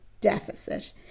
deficit